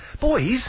boys